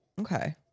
Okay